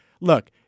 Look